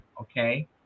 Okay